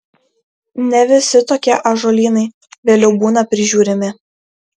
ne visi tokie ąžuolynai vėliau būna prižiūrimi